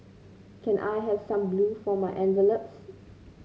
can I have some glue for my envelopes